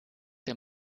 der